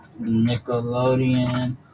Nickelodeon